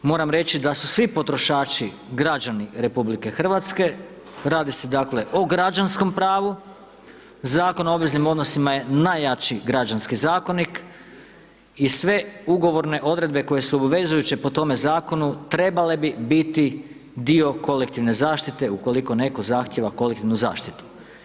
Moram reći da su svi potrošači, građani RH, radi se, dakle, o građanskom pravu, Zakon o obveznim odnosima je najjači građanski zakonik i sve ugovorne odredbe koje su obavezujuće po tome Zakonu, trebale bi biti dio kolektivne zaštite ukoliko netko zahtijeva kolektivnu zaštitu.